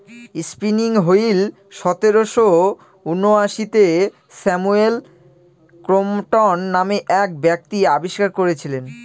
spinning wheel সতেরোশো ঊনআশিতে Samuel Crompton নামে এক ব্যক্তি আবিষ্কার করেছিলেন